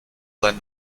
sein